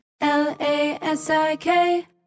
L-A-S-I-K